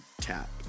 tap